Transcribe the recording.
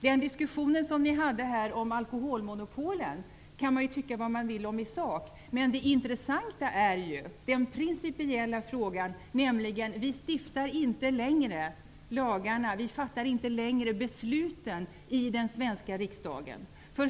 Den diskussion som tidigare i dag fördes om alkoholmonopolen kan man tycka vad man vill om i sak, men det intressanta är ju det principiella: Vi i den svenska riksdagen stiftar inte längre lagarna, vi fattar inte längre besluten.